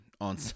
on